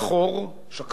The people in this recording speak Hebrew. רבים בבית הזה,